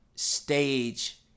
Stage